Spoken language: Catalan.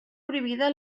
prohibida